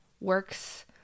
works